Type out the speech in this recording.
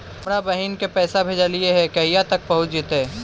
हमरा बहिन के पैसा भेजेलियै है कहिया तक पहुँच जैतै?